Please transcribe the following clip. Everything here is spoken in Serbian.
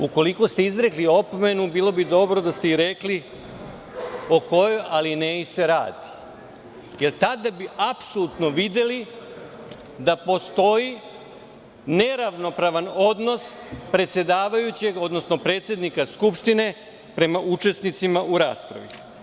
Ukoliko ste izrekli opomenu, bilo bi dobro i da ste rekli o kojoj alineji se radi, jer tada bi apsolutno videli da postoji neravnopravan odnos predsedavajućeg, odnosno predsednika Skupštine prema učesnicima u raspravi.